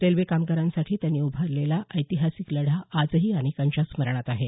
railway कामगारांसाठी त्यांनी उभारलेला ऐतिहासिक लढा आजही अनेकांच्या स्मरणात आहे